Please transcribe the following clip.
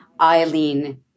Eileen